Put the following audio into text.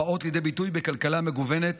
שבאות לידי ביטוי בכלכלה מגוונת